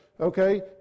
Okay